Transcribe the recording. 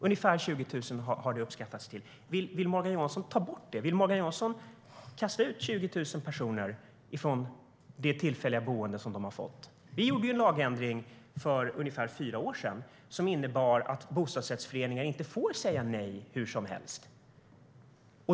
Vill Morgan Johansson ta bort den möjligheten? Vill Morgan Johansson kasta ut 20 000 personer från deras tillfälliga boende? Vår lagändring för ungefär fyra år sedan innebar att bostadsrättsföreningar inte får säga nej hur som helst.